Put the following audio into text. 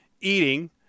eating